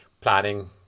planning